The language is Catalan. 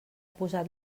posat